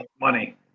money